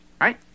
right